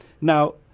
Now